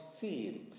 seen